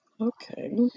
okay